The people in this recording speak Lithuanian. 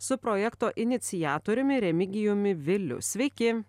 su projekto iniciatoriumi remigijumi viliu sveiki